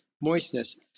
moistness